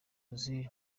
ozil